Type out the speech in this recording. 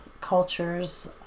cultures